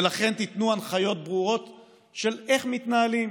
ולכן, תיתנו הנחיות ברורות איך מתנהלים: